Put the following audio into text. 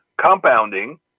compounding